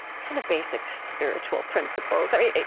kind of basic spiritual principles, i mean,